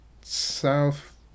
south